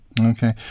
Okay